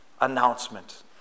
announcement